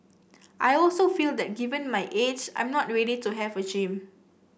I also feel that given my age I'm not ready to have a gym